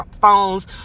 phones